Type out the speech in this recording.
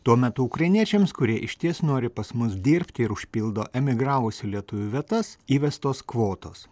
tuo metu ukrainiečiams kurie išties nori pas mus dirbti ir užpildo emigravusių lietuvių vietas įvestos kvotos